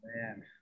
man